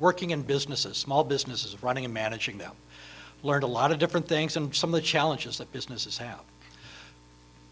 working in businesses small businesses running and managing them learned a lot of different things and some of the challenges that businesses have